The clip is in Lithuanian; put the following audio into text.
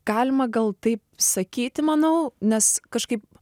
galima gal taip sakyti manau nes kažkaip